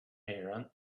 aaron